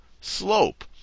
slope